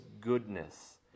goodness